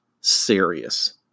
serious